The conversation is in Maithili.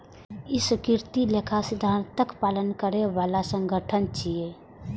ई स्वीकृत लेखा सिद्धांतक पालन करै बला संगठन छियै